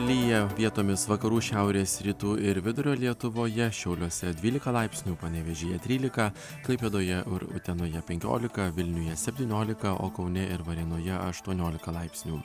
lijo vietomis vakarų šiaurės rytų ir vidurio lietuvoje šiauliuose dvylika laipsnių panevėžyje trylika klaipėdoje ir utenoje penkiolika vilniuje septyniolika o kaune ir varėnoje aštuoniolika laipsnių